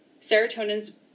Serotonin's